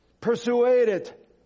persuaded